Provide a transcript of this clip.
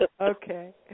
Okay